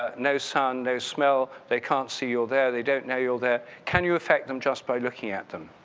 ah no sun, no smell, they can't see you're there, they don't know you're there. can you affect them just by looking at them?